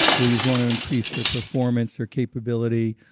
always want to increase their performance, their capability,